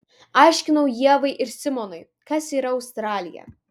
aiškinau ievai ir simonui kas yra australija